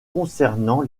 concernant